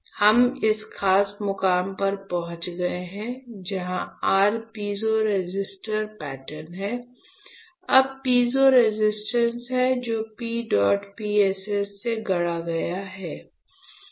हम इस खास मुकाम पर पहुंच गए हैं जहां r पीजो रेसिस्ट पैटर्न है अब पीजो रेसिस्टर्स हैं जो P डॉट PSS से गढ़े गए हैं